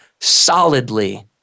solidly